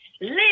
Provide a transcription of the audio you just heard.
live